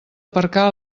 aparcar